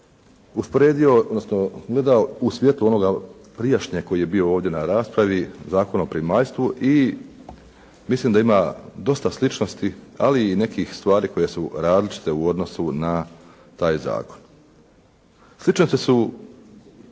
usporedio, odnosno gledao u svjetlu onoga prijašnjeg koji je bio ovdje na raspravi, Zakon o primaljstvu i mislim da ima dosta sličnosti, ali i nekih stvari koje su različite u odnosu na taj zakon. Sličnosti su